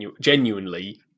genuinely